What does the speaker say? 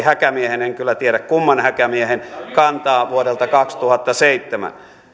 häkämiehen en kyllä tiedä kumman häkämiehen kantaan vuodelta kaksituhattaseitsemän